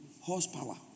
Horsepower